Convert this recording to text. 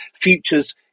futures